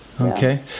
okay